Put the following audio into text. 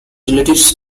relatives